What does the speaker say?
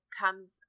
comes